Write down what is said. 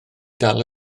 dal